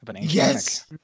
yes